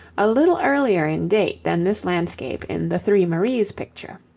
a little earlier in date than this landscape in the three maries picture.